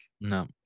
No